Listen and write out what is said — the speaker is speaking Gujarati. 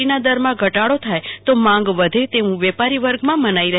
ટીના દરમાં ઘટાડો થાય તો માંગ વધે તેવું વેપારી વર્ગમાં મનાઈ રહ્યું છે